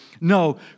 No